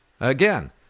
Again